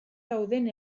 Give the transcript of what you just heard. dauden